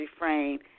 refrain